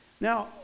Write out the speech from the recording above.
Now